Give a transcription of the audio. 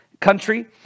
country